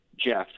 Jeff